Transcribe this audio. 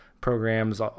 programs